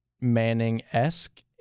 Manning-esque